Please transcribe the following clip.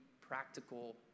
practical